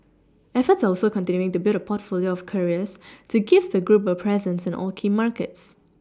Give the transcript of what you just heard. efforts are also continuing to build a portfolio of carriers to give the group a presence in all key markets